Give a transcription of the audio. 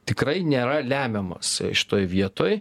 tikrai nėra lemiamas šitoj vietoj